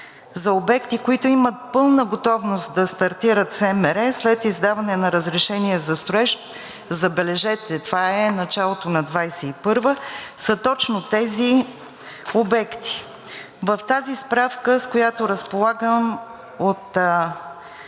за обекти, които имат пълна готовност да стартират СМР след издаване на разрешение за строеж, забележете, това е началото на 2021 г., са точно тези обекти. В справката, с която разполагам –